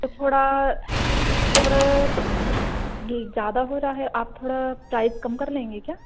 तो थोड़ा थोड़ा जी ज्यादा हो रहा है आप थोड़ा प्राइज़ कम कर लेंगे क्या